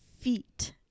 feet